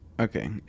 Okay